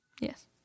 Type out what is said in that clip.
Yes